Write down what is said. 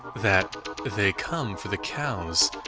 that they come for the cows.